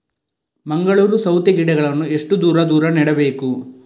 ಮಂಗಳೂರು ಸೌತೆ ಗಿಡಗಳನ್ನು ಎಷ್ಟು ದೂರ ದೂರ ನೆಡಬೇಕು?